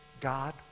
God